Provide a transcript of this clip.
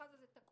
המכרז הזה תקוע,